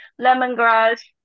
lemongrass